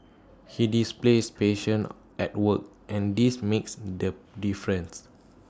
he displays patient at work and this makes the difference